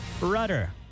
rudder